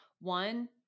One